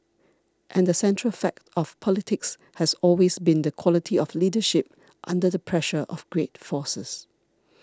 and the central fact of politics has always been the quality of leadership under the pressure of great forces